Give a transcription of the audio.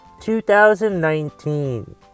2019